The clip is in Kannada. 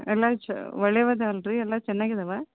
ಎಲ್ಲ ಚ ಒಳ್ಳೆಯವದಲ್ಲ ರೀ ಎಲ್ಲ ಚೆನ್ನಾಗಿದಾವಾ